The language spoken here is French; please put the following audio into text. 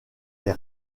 les